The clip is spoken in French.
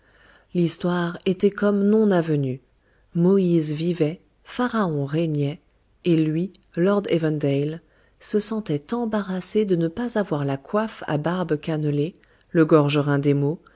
l'histoire était comme non avenue moïse vivait pharaon régnait et lui lord evandale se sentait embarrassé de ne pas avoir la coiffe à barbes cannelées le gorgerin d'émaux et